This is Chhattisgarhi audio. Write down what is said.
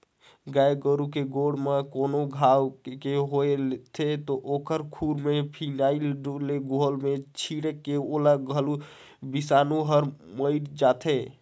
गाय गोरु के गोड़ म कोनो घांव के होय ले ओखर खूर में फिनाइल के घोल ल छींटे ले ओ जघा के बिसानु हर मइर जाथे